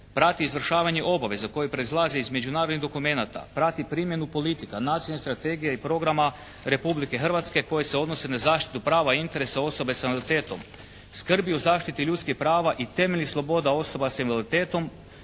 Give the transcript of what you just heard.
prati izvršavanje obaveza koje proizlaze iz međunarodnih dokumenata, prati primjenu politika nacionalne strategije i programa Republike Hrvatske koji se odnose na zaštitu prava i interesa osoba sa invaliditetom. Skrbi o zaštiti ljudskih prava i temeljnih sloboda osoba sa invaliditetom,